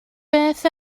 beth